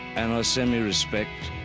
and i send me respect,